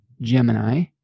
Gemini